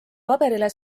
paberile